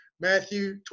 Matthew